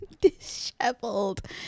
Disheveled